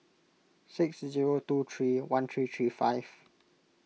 six zero two three one three three five